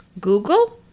Google